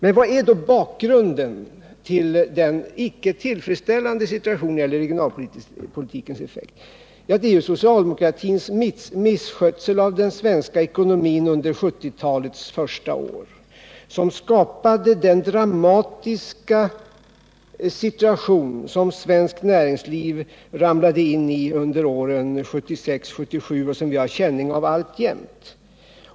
Vilken är då bakgrunden till den icke tillfredsställande situationen när det gäller regionalpolitikens effekt? Jo, det är ju socialdemokratins misskötsel av den svenska ekonomin under 1970-talets första år, som skapade den dramatiska situation som det svenska näringslivet ramlade in i under åren 1976-1977 och som vi har känningar av alltjämt.